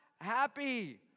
happy